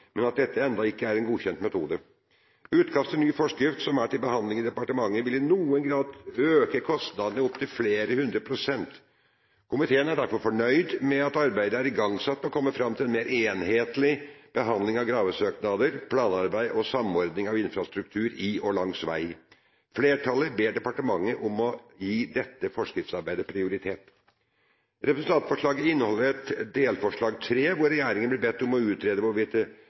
men at dette ennå ikke er en godkjent metode. Utkast til ny forskrift som er til behandling i departementet, vil i noen tilfeller øke kostnadene med opptil flere hundre prosent. Komiteen er derfor fornøyd med at arbeidet med å komme fram til en mer enhetlig behandling av gravesøknader, planarbeid og samordning av infrastruktur i og langs vei er igangsatt. Flertallet ber departementet om å gi dette forskriftsarbeidet prioritet. Representantforslaget inneholder et delforslag 3, hvor regjeringen blir bedt om å utrede hvorvidt det